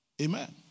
Amen